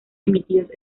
emitidos